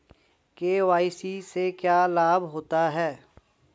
KYC से क्या लाभ होता है?